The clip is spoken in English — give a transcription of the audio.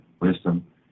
wisdom